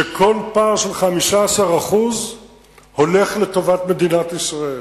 שכל פער של 15% הולך לטובת מדינת ישראל.